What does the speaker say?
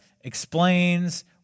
explains